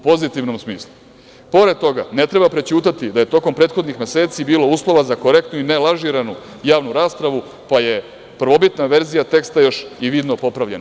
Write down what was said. Pored toga ne treba prećutati da je tokom prethodnih meseci bilo uslova za korektnu i ne lažiranu javnu raspravu, pa je prvobitna verzija teksta, još i vidno popravljena.